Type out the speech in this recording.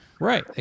Right